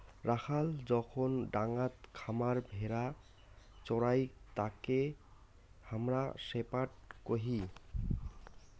রাখাল যখন ডাঙাত খামার ভেড়া চোরাই তাকে হামরা শেপার্ড কহি